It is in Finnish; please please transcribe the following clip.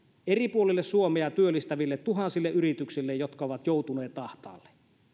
eri puolilla suomea työllistäville tuhansille yrityksille jotka ovat joutuneet ahtaalle